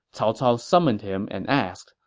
cao cao summoned him and asked,